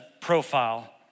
profile